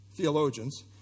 theologians